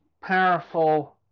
powerful